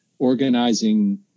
organizing